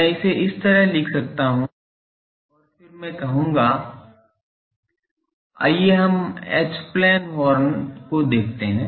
मैं इसे इस तरह लिख सकता हूं और फिर मैं कहूंगा आइए हम एच प्लेन हॉर्न को देखते है